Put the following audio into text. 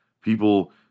People